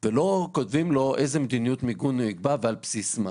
ולא כותבים לו איזה מדיניות מיגון הוא יקבע ועל בסיס מה,